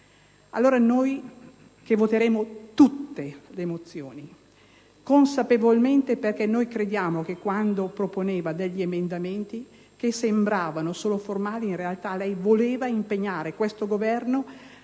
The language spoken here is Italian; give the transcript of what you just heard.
Allora, noi voteremo a favore di tutte le mozioni consapevolmente, perché crediamo che quando proponeva emendamenti che sembravano solo formali in realtà lei voleva impegnare questo Governo a